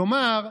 כלומר,